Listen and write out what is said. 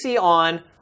on